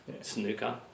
snooker